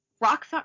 rock